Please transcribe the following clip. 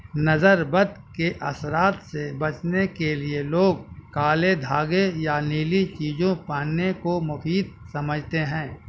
نظربد کے اثرات سے بچنے کے لیے لوگ کالے دھاگے یا نیلی چیزوں باندھنے کو مفید سمجھتے ہیں